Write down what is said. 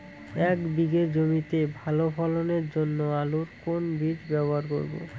এক বিঘে জমিতে ভালো ফলনের জন্য আলুর কোন বীজ ব্যবহার করব?